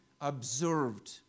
observed